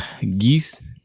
geese